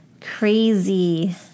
Crazy